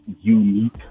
unique